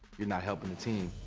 you're not helping the team.